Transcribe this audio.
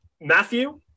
Matthew